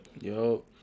Yo